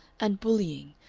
and bullying,